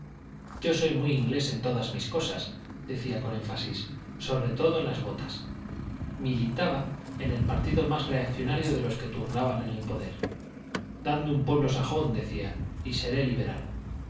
yo soy muy inglés en todas mis cosas decía con énfasis sobre todo en las botas militaba en el partido más reaccionario de los que turnaban en el poder dadme un pueblo sajón decía y seré liberal